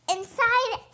Inside